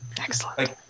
Excellent